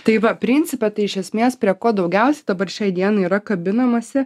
tai principe tai iš esmės prie ko daugiausiai dabar šiai dienai yra kabinamasi